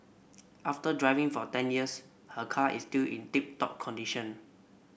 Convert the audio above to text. after driving for ten years her car is still in tip top condition